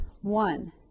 one